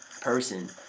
person